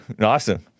Awesome